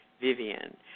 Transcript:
Vivian